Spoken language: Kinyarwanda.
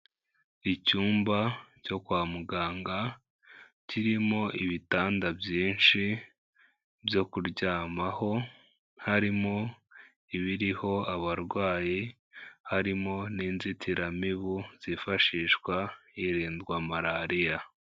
Icyumba cyo kwa muganga, kirimo ibitanda byinshi byo kuryamaho, harimo ibiriho abarwayi, harimo n'inzitiramibu zifashishwa hirindwa malariya.